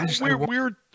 weird